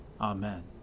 Amen